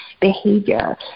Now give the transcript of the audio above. behavior